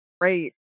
great